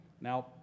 Now